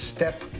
Step